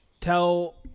tell